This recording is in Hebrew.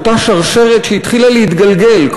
את אותה שרשרת שהתחילה להתגלגל,